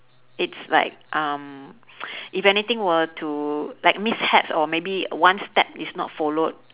it's like um if anything were to like mishaps or maybe one step is not followed